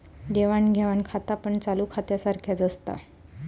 देवाण घेवाण खातापण चालू खात्यासारख्याच असता